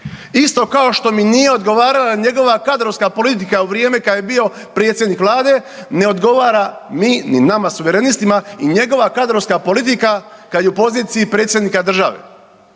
Isto kao što mi nije odgovarala njegova kadrovska politika u vrijeme kad je bio predsjednik vlade, ne odgovara mi, ni nama suverenistima i njegova kadrovska politika kad je u poziciji predsjednika države.